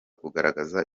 kugaragaza